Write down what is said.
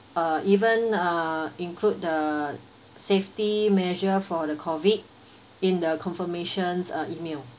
uh even uh include the safety measure for the COVID in the confirmation uh email